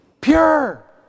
Pure